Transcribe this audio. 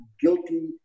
guilty